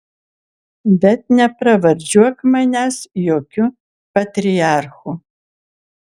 bet nepravardžiuok manęs jokiu patriarchu